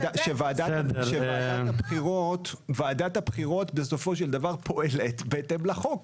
ועדת הבחירות בסופו של דבר פועלת בהתאם לחוק.